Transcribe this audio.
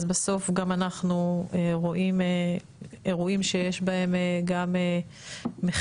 אז בסוף גם אנחנו רואים אירועים שיש בהם גם מחיר,